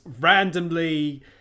randomly